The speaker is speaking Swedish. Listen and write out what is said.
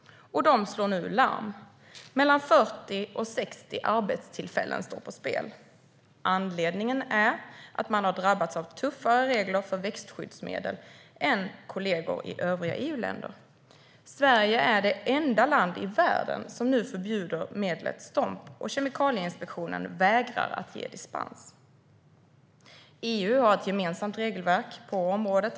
De slår nu larm. Mellan 40 och 60 arbetstillfällen står på spel. Anledningen är att man har drabbats av tuffare regler för växtskyddsmedel än kollegor i övriga EU-länder. Sverige är det enda land i världen som nu förbjuder medlet Stomp, och Kemikalieinspektionen vägrar att ge dispens. EU har ett gemensamt regelverk på området.